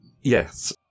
Yes